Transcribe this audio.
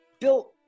Bill